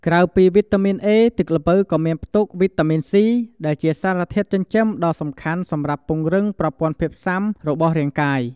ក្រៅពីវីតាមីន A ទឹកល្ពៅក៏មានផ្ទុក វីតាមីន C ដែលជាសារធាតុចិញ្ចឹមដ៏សំខាន់សម្រាប់ពង្រឹងប្រព័ន្ធភាពស៊ាំរបស់រាងកាយ។